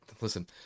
Listen